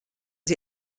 sie